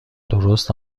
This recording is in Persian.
درست